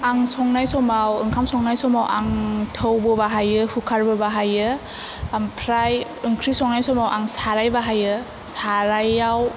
आं संनाय समाव ओंखाम संनाय समाव आं थौबो बाहायो कुकार बो बाहायो ओमफ्राय ओंख्रि संनाय समाव आं साराय बाहायो सारायाव